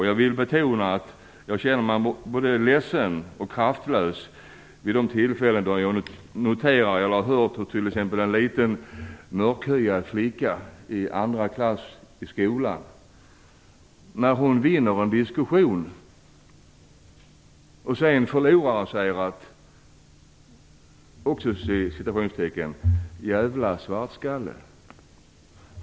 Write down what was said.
Jag vill betona att jag känner mig både ledsen och kraftlös vid de tillfällen då jag t.ex. hör om en liten mörkhyad flicka i andra klass i skolan som vinner en diskussion och förloraren säger: "Djävla svartskalle!"